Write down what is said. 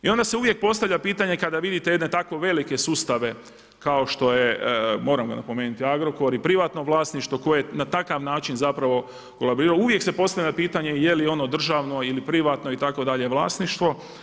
I onda se uvijek postavlja pitanje kada vidite jedne tako velike sustave kao što je moram ga napomenuti Agrokor i privatno vlasništvo koje na takav način zapravo … uvijek se postavlja pitanje je li ono državno ili privatno itd. vlasništvo.